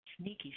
sneaky